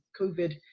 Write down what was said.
covid